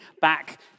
back